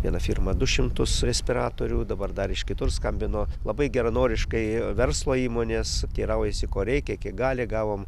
viena firma du šimtus respiratorių dabar dar iš kitur skambino labai geranoriškai verslo įmonės teiraujasi ko reikia kiek gali gavom